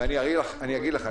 ואגיד לך,